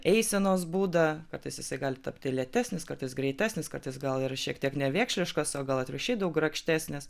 eisenos būdą kartais jisai gali tapti lėtesnis kartais greitesnis kartais gal ir šiek tiek nevėkšliškas o gal atvirkščiai daug grakštesnis